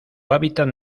hábitat